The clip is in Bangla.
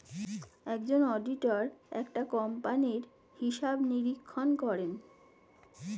একজন অডিটর একটা কোম্পানির হিসাব নিরীক্ষণ করেন